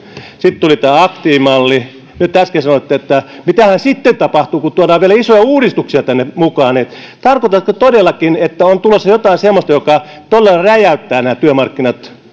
sitten tuli tämä aktiivimalli nyt äsken sanoitte että mitähän sitten tapahtuu kun tuodaan vielä isoja uudistuksia tänne mukaan tarkoitatko todellakin että on tulossa jotain semmoista joka todella räjäyttää nämä työmarkkinat